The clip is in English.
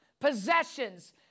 possessions